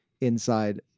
inside